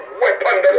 weapon